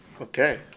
okay